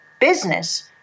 business